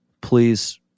please